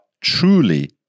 truly